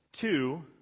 two